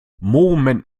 moment